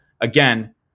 again